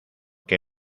que